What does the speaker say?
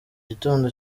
gitondo